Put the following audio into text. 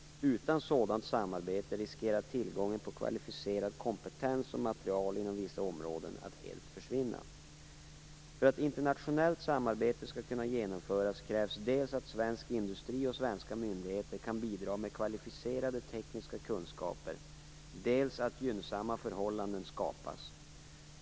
Utan sådant samarbete riskerar tillgången på kvalificerad kompetens och materiel inom vissa områden att helt försvinna. För att internationellt samarbete skall kunna genomföras krävs dels att svensk industri och svenska myndigheter kan bidra med kvalificerade tekniska kunskaper, dels att gynnsamma förhållanden skapas.